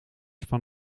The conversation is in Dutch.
van